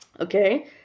okay